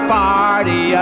party